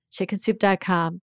chickensoup.com